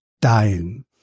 dying